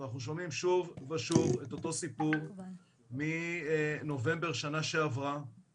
ואנחנו שומעים שוב ושוב את אותו סיפור מנובמבר שנה שעברה,